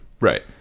Right